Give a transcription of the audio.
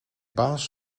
baas